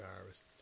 virus